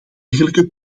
dergelijke